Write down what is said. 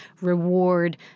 reward